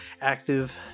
active